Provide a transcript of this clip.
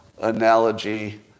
analogy